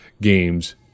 games